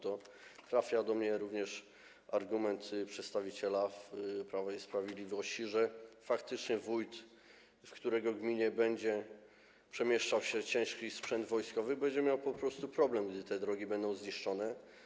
Trafia do mnie również argument przedstawiciela Prawa i Sprawiedliwości, że faktycznie wójt, w którego gminie będzie przemieszczał się ciężki sprzęt wojskowy, będzie miał po prostu problem, gdy te drogi będą zniszczone.